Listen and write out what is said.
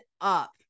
up